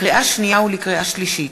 לקריאה שנייה ולקריאה שלישית: